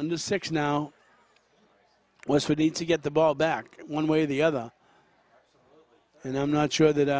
under six now once we need to get the ball back one way or the other and i'm not sure that